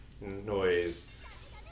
noise